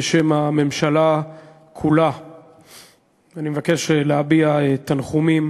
בשם הממשלה כולה אני מבקש להביע תנחומים